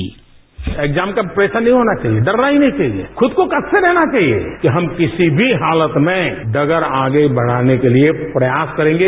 bite exam का pressure नहीं होना चाहिए डरना ही नहीं चाहिए खुद को कसके रहना चाहिए कि हम किसी भी हालत में डगर आगे बढ़ाने के लिए प्रयास करेंगे